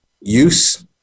use